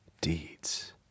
deeds